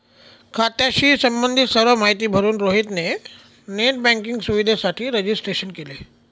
खात्याशी संबंधित सर्व माहिती भरून रोहित ने नेट बँकिंग सुविधेसाठी रजिस्ट्रेशन केले